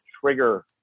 trigger